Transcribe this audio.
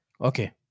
Okay